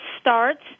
starts